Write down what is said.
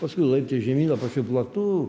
paskui laiptai žemyn apačioj platu